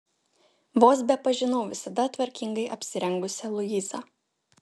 vos bepažinau visada tvarkingai apsirengusią luizą